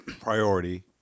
priority